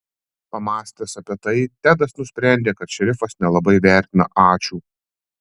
pamąstęs apie tai tedas nusprendė kad šerifas nelabai vertina ačiū